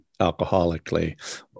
alcoholically